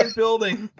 um building.